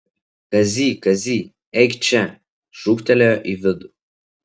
kazy kazy eik čia šūktelėjo į vidų